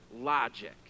logic